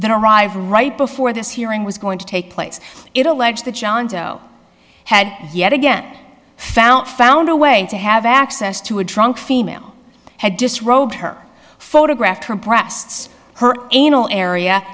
that arrive right before this hearing was going to take place it alleged that john doe had yet again fount found a way to have access to a drunk female had disrobed her photograph her breasts her anal area